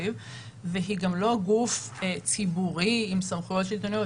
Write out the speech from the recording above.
התקציב והיא גם לא גוף ציבורי עם סמכויות שלטוניות.